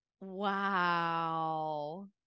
Wow